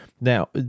Now